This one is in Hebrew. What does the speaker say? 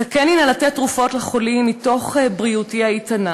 "זכני נא לתת תרופות לחולים מתוך בריאותי האיתנה